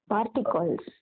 Particles